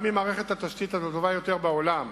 גם עם מערכת התשתיות הטובה ביותר בעולם,